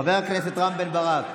חבר הכנסת רם בן ברק,